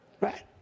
Right